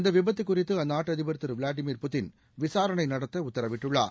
இந்த விபத்து குறித்து அற்நாட்டு அதிபர் திரு விளாடிமீர் புட்டின் விசாரணை நடத்த உத்தரவிட்டுள்ளார்